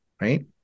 right